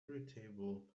irritable